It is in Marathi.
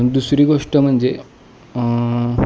दुसरी गोष्ट म्हणजे